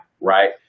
right